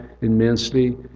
immensely